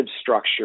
structure